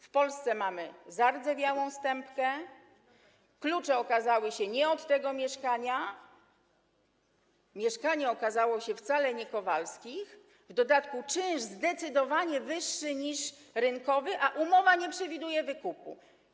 W Polsce mamy zardzewiałą stępkę, klucze okazały się nie od tego mieszkania, mieszkanie okazało się wcale nie Kowalskich, w dodatku czynsz jest zdecydowanie wyższy niż rynkowy, a umowa nie przewiduje wykupu.